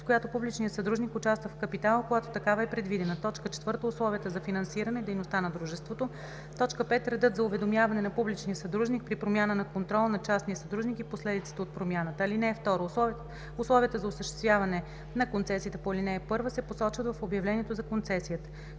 с която публичният съдружник участва в капитала, когато такава е предвидена; 4. условията за финансиране дейността на дружеството; 5. редът за уведомяване на публичния съдружник при промяна на контрола на частния съдружник и последиците от промяната. (2) Условията за осъществяване на концесията по ал. 1 се посочват в обявлението за концесията.“